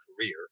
career